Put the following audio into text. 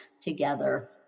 together